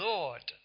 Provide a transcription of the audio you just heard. Lord